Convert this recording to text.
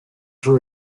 for